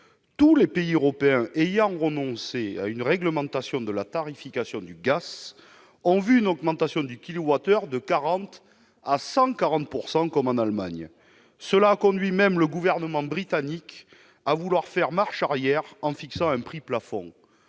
Tous les pays européens ayant renoncé à une réglementation de la tarification du gaz ont connu une augmentation du kilowattheure de 40 % à 140 %, comme en Allemagne. Cela a même conduit le Gouvernement britannique à faire marche arrière en fixant un prix plafond.